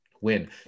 win